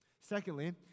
Secondly